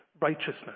righteousness